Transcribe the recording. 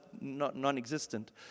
non-existent